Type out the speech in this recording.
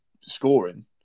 scoring